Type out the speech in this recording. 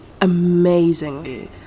amazingly